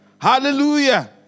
Hallelujah